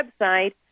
website